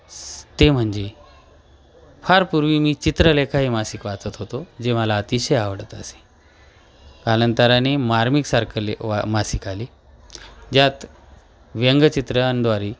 स ते म्हणजे फार पूर्वी मी चित्रलेखा हे मासिक वाचत होतो जे मला अतिशय आवडत असे कालांतराने मार्मिक सारखं ले वा मासिक आली ज्यात व्यंगचित्रांद्वारे